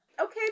okay